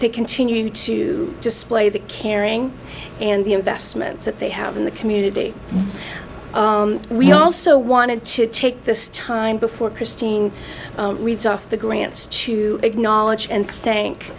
y continue to display the caring and the investment that they have in the community we also wanted to take this time before christine reads off the grants to acknowledge and thank